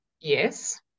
Yes